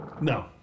No